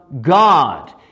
God